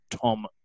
Tom